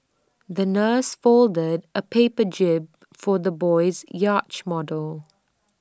the nurse folded A paper jib for the little boy's yacht model